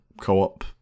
co-op